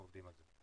אנחנו עובדים על זה.